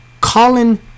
Colin